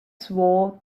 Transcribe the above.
swore